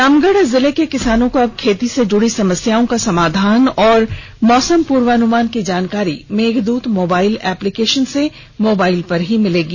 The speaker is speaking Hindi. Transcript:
रामगढ़ जिले के किसानों को अब खेती से जुड़ी समस्याओं का समाधान और मौसम पूर्वानुमान की जानकारी मेघदूत मोबाइल एप्लीकेशन से मोबाइल पर ही मिलेगी